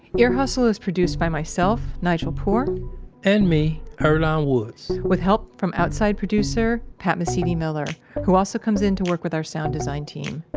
ear hustle is produced by myself, nigel poor and me, earlonne woods with help from outside producer pat mesiti-miller who also comes in to work with our sound design team.